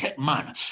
Man